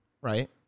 right